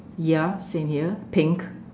ya same here pink